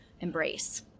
embrace